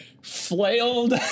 flailed